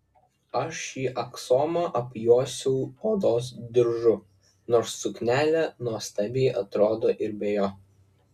aš šį aksomą apjuosiau odos diržu nors suknelė nuostabiai atrodo ir be jo